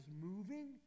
moving